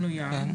פנויה.